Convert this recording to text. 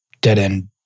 dead-end